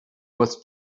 with